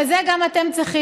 וזה גם אתם צריכים,